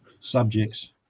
subjects